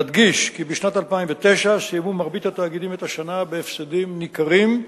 נדגיש כי בשנת 2009 סיימו מרבית התאגידים את השנה בהפסדים ניכרים,